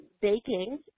baking